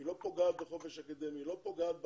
היא לא פוגעת בחופש האקדמי, היא לא פוגעת בכם,